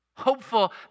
Hopeful